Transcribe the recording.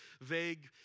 vague